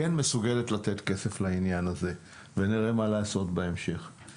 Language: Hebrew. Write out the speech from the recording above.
אבל כן מסוגלת לתת כסף לעניין הזה ונראה בהמשך מה לעשות.